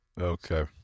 Okay